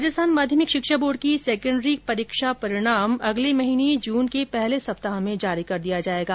राजस्थान माध्यमिक शिक्षा बोर्ड की सैकेंडरी परीक्षा परिणाम अगले महीने जून के पहले सप्ताह में जारी कर दिया जाएगा